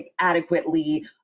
adequately